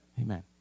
Amen